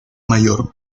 mayor